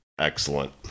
excellent